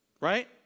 right